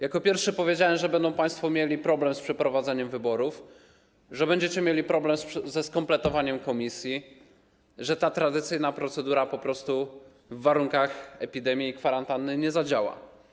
Jako pierwszy powiedziałem, że będą państwo mieli problem z przeprowadzeniem wyborów, że będziecie mieli problem ze skompletowaniem komisji, że ta tradycyjna procedura w warunkach epidemii i kwarantanny po prostu nie zadziała.